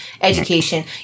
education